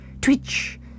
Twitch